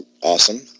awesome